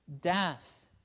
death